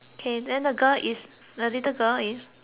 is the little girl is